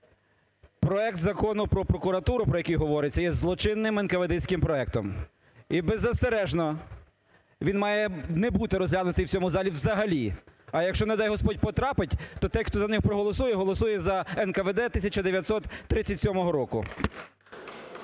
Проект Закону про прокуратуру, про який говориться, є злочинним енкаведистським проектом. І беззастережно він має не бути розглянутий у цьому залі взагалі. А якщо, не дай Господь, потрапить, то той, хто за нього проголосує, голосує за НКВД 1937 року.